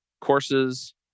courses